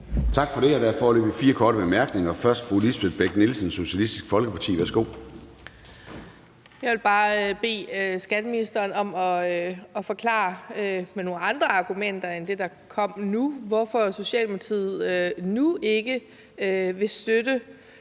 Tak for det. Der er foreløbig fire korte bemærkninger. Først er det fru Lisbeth Bech-Nielsen, Socialistisk Folkeparti. Værsgo. Kl. 10:13 Lisbeth Bech-Nielsen (SF): Jeg vil bare bede skatteministeren om at forklare med nogle andre argumenter end dem, der kom nu, hvorfor Socialdemokratiet nu ikke vil støtte,